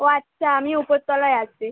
ও আচ্ছা আমি উপরতলায় আছি